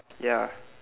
ya